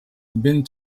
been